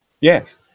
Yes